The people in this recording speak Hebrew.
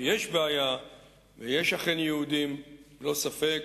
שיש בעיה ויש אכן יהודים ללא ספק,